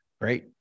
great